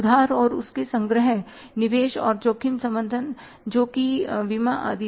उधार और उसका संग्रह निवेश और जोखिम प्रबंधन जोकि बीमा आदि है